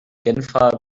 genfer